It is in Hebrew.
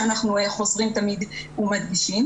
שאנחנו חוזרים ומדגישים.